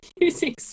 using